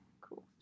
cool